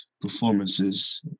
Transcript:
performances